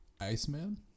Iceman